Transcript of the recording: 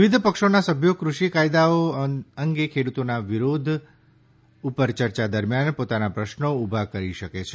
વિવિધ પક્ષોના સભ્યો ક઼ષિ કાયદાઓ અંગે ખેડૂતોના વિરોધ ઉપર ચર્ચા દરમિયાન પોતાના પ્રશ્નો ઉભા કરી શકે છે